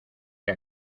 que